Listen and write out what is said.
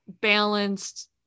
balanced